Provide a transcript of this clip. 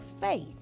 faith